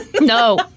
No